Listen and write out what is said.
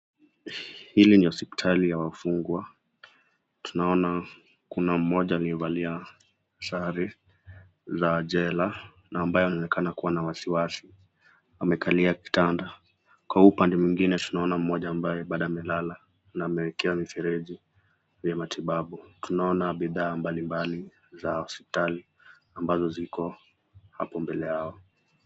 Hili ni hospitali ya wafungwa, tunaona kuna mmoja amevalia sare za jela, na ambaye anaonekana kuwa na wasiwasi amekalia kitanda ,kwa huu upande mwengine tunaona mmoja ambaye bado amelala na amewekewa mifereji za matibabu, tunaona bidhaa mbalimbali za matibabu ambazo ziko hapo mbele yao.